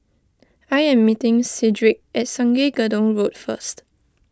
I am meeting Cedrick at Sungei Gedong Road first